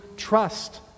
trust